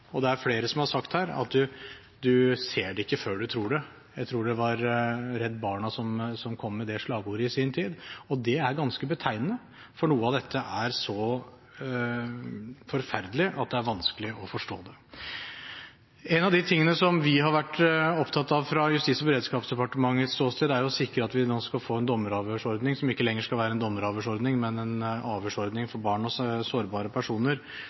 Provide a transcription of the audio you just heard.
skjer. Det er flere som har sagt her at en ser det ikke før en tror det – jeg tror det var Redd Barna som kom med det slagordet i sin tid. Det er ganske betegnende, for noe av dette er så forferdelig at det er vanskelig å forstå. En av de tingene som vi har vært opptatt av fra Justis- og beredskapsdepartementets ståsted, er å sikre at vi nå skal få en dommeravhørsordning som ikke lenger skal være en dommeravhørsordning, men en avhørsordning for barn og sårbare personer,